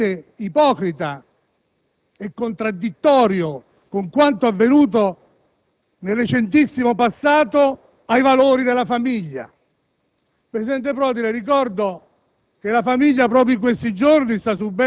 alle minoranze linguistiche e (in modo assolutamente ipocrita e contraddittorio con quanto è avvenuto nel recentissimo passato) ai valori della famiglia.